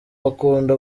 bakunda